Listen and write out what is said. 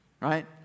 right